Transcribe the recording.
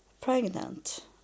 pregnant